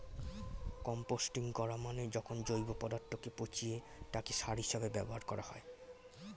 composting করা মানে যখন জৈব পদার্থকে পচিয়ে তাকে সার হিসেবে ব্যবহার করা হয়